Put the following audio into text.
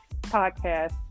podcast